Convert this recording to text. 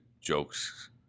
jokes